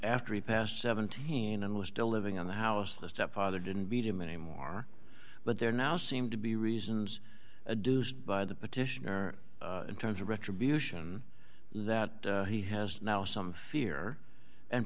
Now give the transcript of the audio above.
after he passed seventeen and was still living on the house the stepfather didn't beat him anymore but they're now seem to be reasons a deuced by the petitioner in terms of retribution that he has now some fear and